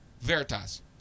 Veritas